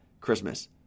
Christmas